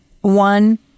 one